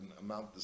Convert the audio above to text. amount